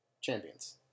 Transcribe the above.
Champions